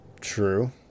true